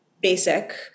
basic